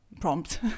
prompt